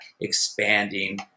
expanding